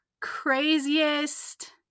craziest